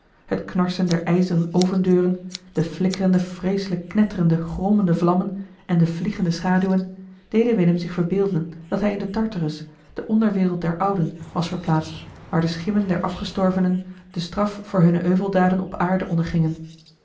het knarsen der ijzeren ovendeuren de flikkerende vreeselijk knetterende grommende vlammen en de vliegende schaduwen deden willem zich verbeelden dat hij in den tartarus de onderwereld der ouden was verplaatst waar de schimmen der afgestorvenen de straf voor hunne euveldaden op aarde ondergingen